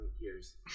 years